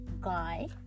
guy